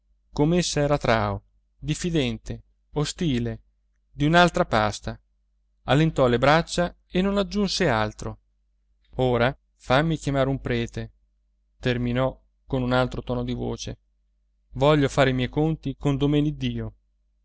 motta com'essa era trao diffidente ostile di un'altra pasta allentò le braccia e non aggiunse altro ora fammi chiamare un prete terminò con un altro tono di voce voglio fare i miei conti con domeneddio